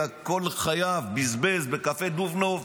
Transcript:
אלא כל חייו בזבז בקפה דובנוב,